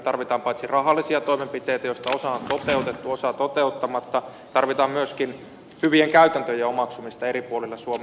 tarvitaan paitsi rahallisia toimenpiteitä joista osa on toteutettu osa toteuttamatta myöskin hyvien käytäntöjen omaksumista eri puolilla suomea